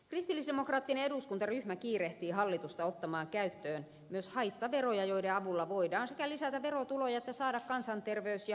kristillisdemokraattinen eduskuntaryhmä kiirehtii hallitusta ottamaan käyttöön myös haittaveroja joiden avulla voidaan sekä lisätä verotuloja että saada kansanterveys ja taloushyötyjä yhteiskunnalle